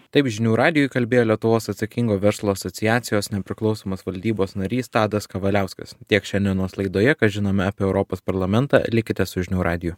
taip žinių radijui kalbėjo lietuvos atsakingo verslo asociacijos nepriklausomas valdybos narys tadas kavaliauskas tiek šiandienos laidoje ką žinome apie europos parlamentą likite su žinių radiju